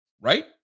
right